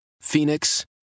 Phoenix